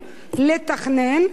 לתכנן,